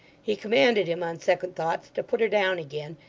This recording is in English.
he commanded him, on second thoughts, to put her down again,